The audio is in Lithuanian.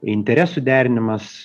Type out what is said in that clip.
interesų derinimas